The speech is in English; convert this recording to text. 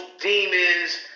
demons